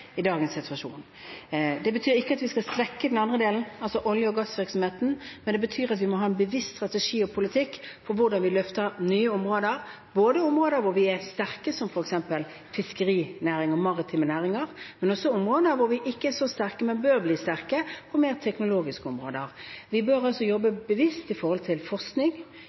i dagens situasjon. Det betyr ikke at vi skal svekke den andre delen, olje- og gassvirksomheten, men det betyr at vi må ha en bevisst strategi og politikk for hvordan vi løfter nye områder – områder der vi er sterke, som f.eks. fiskeri- og maritime næringer, men også områder som vi ikke er så sterke på, men bør bli sterke på, som er teknologiske områder. Vi bør altså jobbe bevisst når det gjelder forskning,